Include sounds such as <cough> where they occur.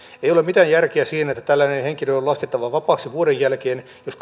ei ole mitään järkeä siinä että tällainen henkilö on laskettava vapaaksi vuoden jälkeen jos <unintelligible>